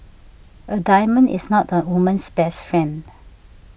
a diamond is not a woman's best friend